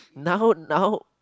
now now